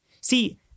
See